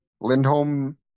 Lindholm